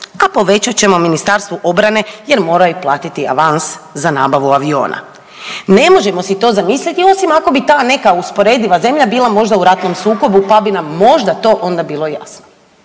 a povećat ćemo Ministarstvu obrane jer moraju platiti avans za nabavu aviona. Ne možemo si to zamisliti osim ako ti ta neka usporediva zemlja možda bila u ratnom sukobu, pa bi nam možda to onda bilo jasno.